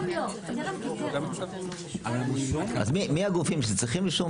אז מיהם הגופים שצריכים אישור,